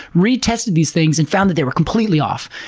retested these things and found that they were completely off.